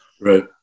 right